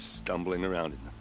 stumbling around in